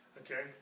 Okay